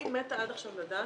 אני מתה עד עכשיו לדעת